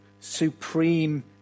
supreme